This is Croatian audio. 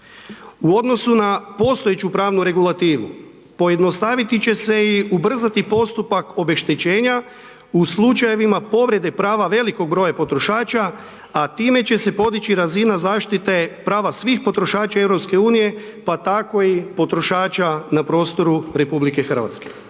U odnosu na postojeću pravnu regulativu, pojednostaviti će se i ubrzati postupak obeštećenja u slučajevima povrede prava velikog broja potrošača, a time će se podići razina zaštite prava svih potrošača EU pa tako i potrošača na prostoru RH.